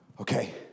Okay